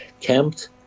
camped